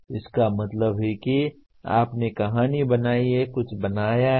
इसका मतलब है कि आपने कहानी बनाई है कुछ बनाया है